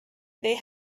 they